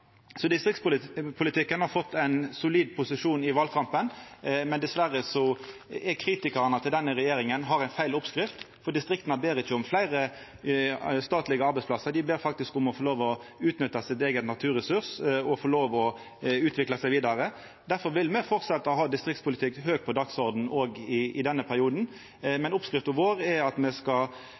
Så distriktspolitikken har fått ein solid posisjon i valkampen. Dessverre har kritikarane av denne regjeringa ei feil oppskrift, for distrikta ber ikkje om fleire statlege arbeidsplassar, dei ber om å få lov til å utnytta sine eigne naturressursar og få lov til å utvikla seg vidare. Difor vil me fortsetja å ha distriktspolitikken høgt på dagsordenen òg i denne perioden, men oppskrifta vår er at me skal